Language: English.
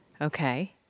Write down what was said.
Okay